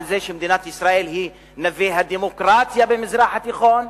על זה שמדינת ישראל היא נווה הדמוקרטיה במזרח התיכון.